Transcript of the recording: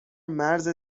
مرز